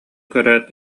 көрөөт